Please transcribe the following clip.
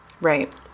right